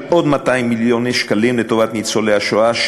עוד 200 מיליון שקלים לטובת ניצולי השואה,